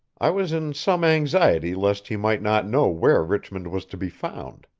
i was in some anxiety lest he might not know where richmond was to be found.